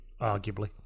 arguably